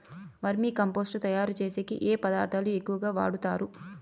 వర్మి compost తయారుచేసేకి ఏ పదార్థాలు ఎక్కువగా వాడుతారు